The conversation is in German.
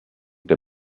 der